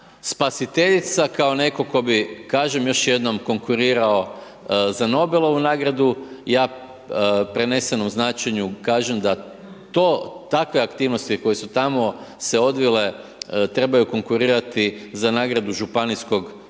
spasiteljica, kao netko tko bi kažem još jednom, konkurirao za Nobelovu nagradu, ja u prenesenom značenju kažem da to, takve aktivnosti koje su tamo se odvile trebaju konkurirati za nagradu Županijskog suda